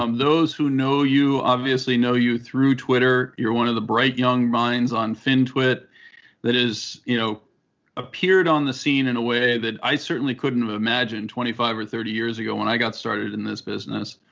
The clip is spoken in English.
um those who know you obviously know you through twitter. you're one of the bright young minds on fintwit that has you know appeared on the scene in a way that i certainly couldn't have imagined twenty five or thirty years ago, when i got started in this business.